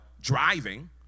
driving